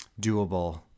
doable